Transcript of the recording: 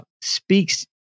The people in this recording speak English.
speaks